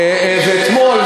חצי מיליארד שקל יש לך,